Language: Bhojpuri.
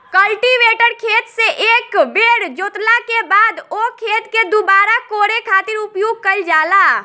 कल्टीवेटर खेत से एक बेर जोतला के बाद ओ खेत के दुबारा कोड़े खातिर उपयोग कईल जाला